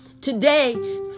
Today